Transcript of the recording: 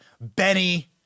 Benny